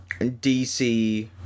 DC